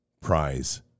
prize